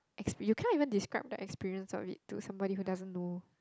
experi~ you cannot even describe the experience of it to somebody who doesn't know